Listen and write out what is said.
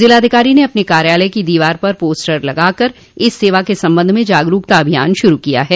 जिला अधिकारी ने अपने कार्यालय की दीवार पर पोस्टर लगाकर इस सेवा के संबंध में जागरूकता अभियान शुरू किया है